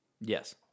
yes